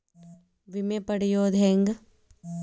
ವಿಮೆ ಪಡಿಯೋದ ಹೆಂಗ್?